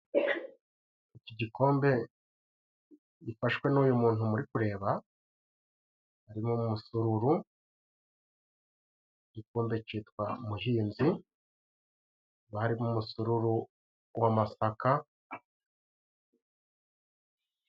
Iki gikombe gifashwe n'uyu muntu muri kureba harimo umusururu igikombe citwa muhinzi haka harimo umusururu w'amasaka.